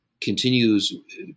continues